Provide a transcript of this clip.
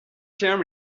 term